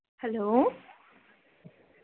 hello